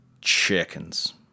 chickens